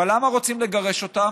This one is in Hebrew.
אבל למה רוצים לגרש אותם?